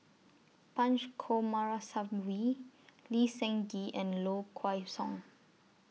Punch Coomaraswawy Lee Seng Gee and Low Kway Song